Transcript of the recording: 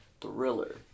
thriller